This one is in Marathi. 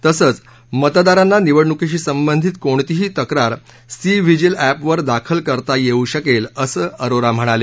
तसंच मतदारांना निवडणूकीशी संबंधित कोणतीही तक्रार सी व्हिजिल एपवर दाखल करता येऊ शकेल असं अरोरा म्हणाले